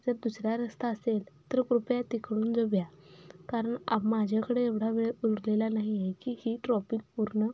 जर दुसरा रस्ता असेल तर कृपया तिकडून जोउया कारण माझ्याकडे एवढा वेळ उरलेला नाहीये की ही ट्रॉपिक पूर्ण